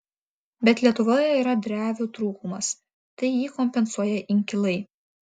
bet lietuvoje yra drevių trūkumas tai jį kompensuoja inkilai